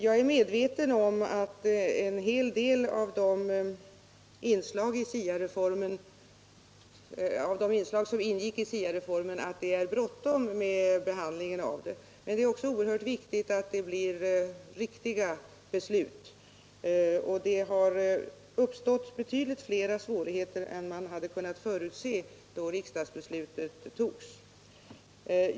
Jag är medveten om att det är bråttom med behandlingen av en hel del av de inslag som ingår i SIA-reformen, men det är också oerhört viktigt att det blir riktiga beslut. Det har uppstått betydligt fler svårigheter än man kunnat förutse då riksdagsbeslutet fattades.